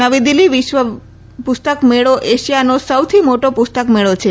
નવી દિલ્હી વિશ્વ પુસ્તક મેળો એશિયાનો સૌથી મોટો પુસ્તક મેળો છે